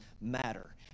matter